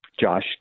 Josh